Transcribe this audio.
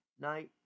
night